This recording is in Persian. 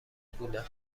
بودن